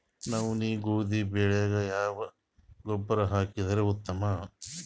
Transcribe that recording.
ನವನಿ, ಗೋಧಿ ಬೆಳಿಗ ಯಾವ ಗೊಬ್ಬರ ಹಾಕಿದರ ಉತ್ತಮ?